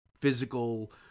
physical